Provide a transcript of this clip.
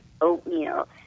oatmeal